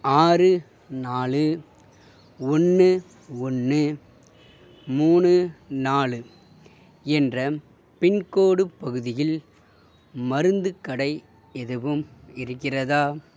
ஆறு நாலு ஒன்று ஒன்று மூணு நாலு என்ற பின்கோடு பகுதியில் மருந்துக் கடை எதுவும் இருக்கிறதா